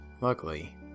Luckily